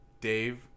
Dave